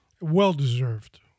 well-deserved